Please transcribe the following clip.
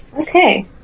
Okay